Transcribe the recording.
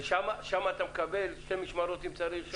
ושם אתה מקבל שתי משמרות אם אתה צריך?